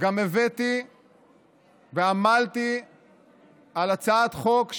גם הבאתי ועמלתי על הצעת חוק,